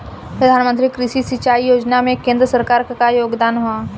प्रधानमंत्री कृषि सिंचाई योजना में केंद्र सरकार क का योगदान ह?